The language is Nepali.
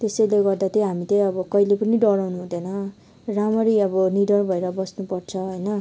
त्यसैले गर्दा चाहिँ हामी चाहिँ अब कहिले पनि डराउनु हुँदैन राम्ररी अब निडर भएर बस्नुपर्छ होइन